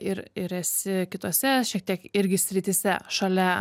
ir ir esi kituose šiek tiek irgi srityse šalia